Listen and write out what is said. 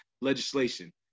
legislation